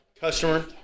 customer